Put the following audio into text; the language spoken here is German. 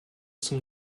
zum